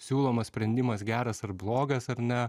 siūlomas sprendimas geras ar blogas ar ne